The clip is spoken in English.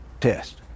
test